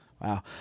Wow